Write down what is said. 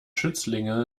schützlinge